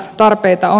tarpeita on